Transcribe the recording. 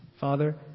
Father